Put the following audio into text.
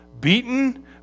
beaten